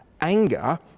Anger